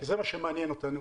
זה מה שמעניין אותנו.